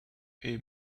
pay